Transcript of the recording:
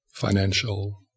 financial